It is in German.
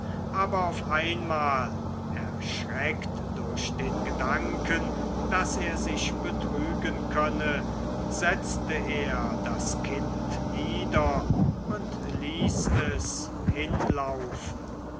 aber auf einmal erschreckt durch den gedanken daß er sich betrügen könne setzte er das kind nieder und ließ es hinlaufen